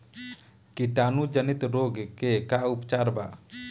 कीटाणु जनित रोग के का उपचार बा?